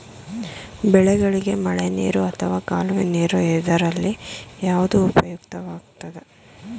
ಬೆಳೆಗಳಿಗೆ ಮಳೆನೀರು ಅಥವಾ ಕಾಲುವೆ ನೀರು ಇದರಲ್ಲಿ ಯಾವುದು ಉಪಯುಕ್ತವಾಗುತ್ತದೆ?